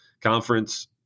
conference